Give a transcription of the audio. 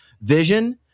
Vision